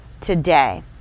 today